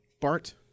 Bart